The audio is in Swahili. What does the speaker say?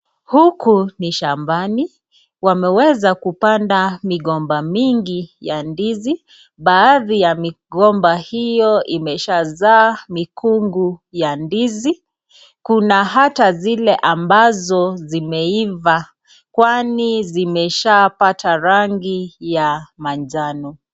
Huku ni shambani wameweza kupanda migomba mingi ya ndizi baadhi ya migomba hiyo imeshazaa mikungu ya ndizi kuna hata zile ambazo zimeiva kwani zimeshalata rangi ya manjano.